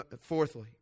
Fourthly